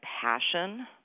passion